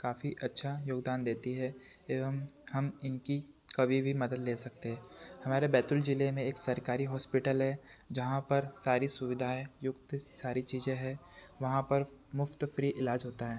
काफी अच्छा योगदान देती हैं एवं हम इनकी कभी भी मदद ले सकते हैं हमारे बैतूल जिले में एक सरकारी हॉस्पिटल है जहाँ पर सारी सुविधाएँ युक्त सारी चीजें है वहाँ पर मुफ्त फ्री इलाज होता है